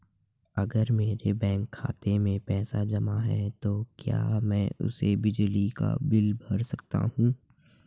अगर मेरे बैंक खाते में पैसे जमा है तो क्या मैं उसे बिजली का बिल भर सकता हूं?